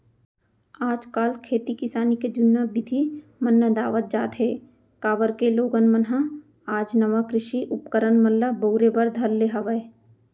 आज काल खेती किसानी के जुन्ना बिधि मन नंदावत जात हें, काबर के लोगन मन ह आज नवा कृषि उपकरन मन ल बउरे बर धर ले हवय